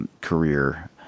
career